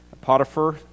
Potiphar